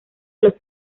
los